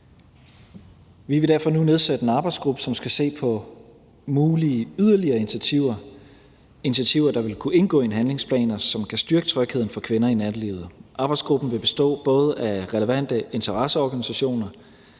Vi vil derfor nu nedsætte en arbejdsgruppe, som skal se på mulige yderligere initiativer – initiativer, der vil kunne indgå i en handlingsplan, og som kan styrke trygheden for kvinder i nattelivet. Arbejdsgruppen vil bestå både af relevante interesseorganisationer,